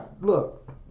look